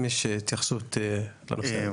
האם יש התייחסות לנושא הזה?